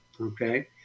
Okay